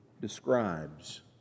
describes